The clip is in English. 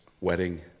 wedding